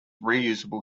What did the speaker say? reusable